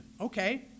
Okay